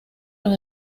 los